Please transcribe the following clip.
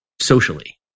socially